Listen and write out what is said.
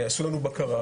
ויעשו לנו בקרה,